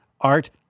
art